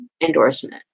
endorsement